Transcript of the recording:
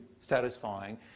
satisfying